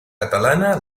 catalana